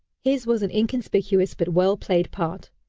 his was an inconspicuous but well played part.